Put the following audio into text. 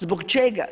Zbog čega?